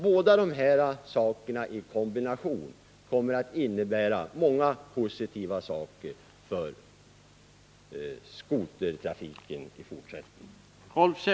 Båda dessa saker i kombination kommer att betyda många positiva saker för skotertrafiken i fortsättningen.